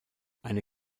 eine